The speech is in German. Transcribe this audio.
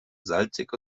salzig